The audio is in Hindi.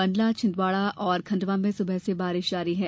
मंडला छिंदवाड़ा और खंडवा में सुबह से बारिश जारी है